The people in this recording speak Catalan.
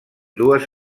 dues